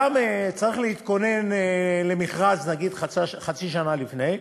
גם צריך להתכונן למכרז נגיד חצי שנה לפני,